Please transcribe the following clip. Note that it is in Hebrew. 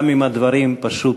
גם אם הדברים פשוט,